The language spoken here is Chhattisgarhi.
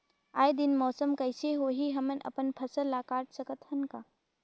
आय दिन मौसम कइसे होही, हमन अपन फसल ल काट सकत हन का?